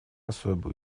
особые